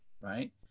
right